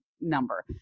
number